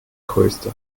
größte